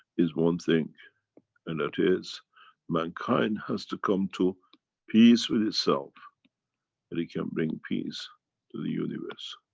is one thing and that is mankind has to come to peace with itself that it can bring peace to the universe.